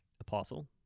apostle